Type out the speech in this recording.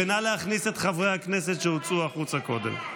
ונא להכניס את חברי הכנסת שהוצאו החוצה קודם.